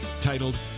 titled